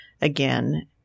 again